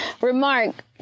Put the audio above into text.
remark